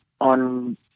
on